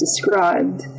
described